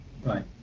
Right